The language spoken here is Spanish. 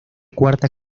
cuarta